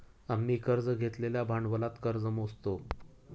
आम्ही कर्ज घेतलेल्या भांडवलात कर्ज मोजतो